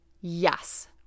yes